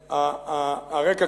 הרקע,